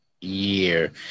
year